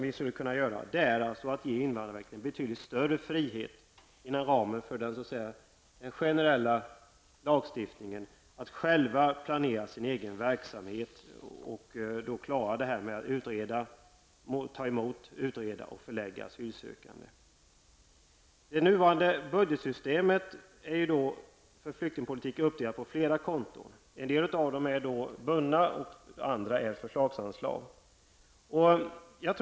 Vi skulle t.ex. kunna ge invandrarverket betydligt större frihet inom ramen för den generella lagstiftningen. Invandrarverket skulle få planera sin egen verksamhet och ta emot, utreda och förlägga asylsökande. Det nuvarande budgetsystemet är när det gäller flyktingpolitiken uppdelad på flera konton. En del av dessa är bundna, och andra är utgörs av förslagsanslag.